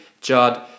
Judd